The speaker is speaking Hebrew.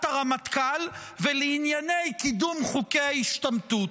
הרמטכ"ל ולענייני קידום חוקי ההשתמטות.